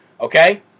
okay